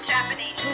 Japanese